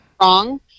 wrong